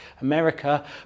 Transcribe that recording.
America